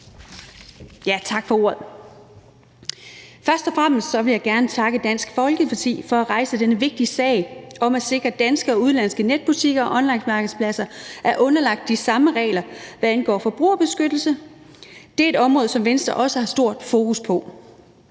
Tak for ordet. Først og fremmest vil jeg gerne takke Dansk Folkeparti for at rejse denne vigtige sag om at sikre, at danske og udenlandske netbutikker og onlinemarkedspladser er underlagt de samme regler, hvad angår forbrugerbeskyttelse. Det er et område, som Venstre også har stort fokus på.